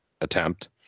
attempt